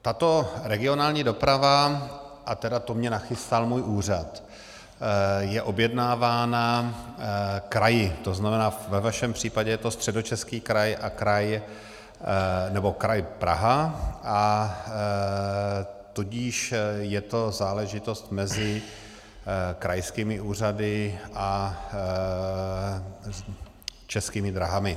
Tato regionální doprava, a tedy to mi nachystal můj úřad, je objednávána kraji, to znamená, ve vašem případě je to Středočeský kraj a kraj Praha, a tudíž je to záležitost mezi krajskými úřady a Českými dráhami.